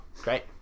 great